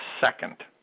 second